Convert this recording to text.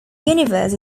universe